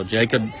Jacob